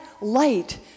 light